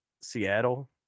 Seattle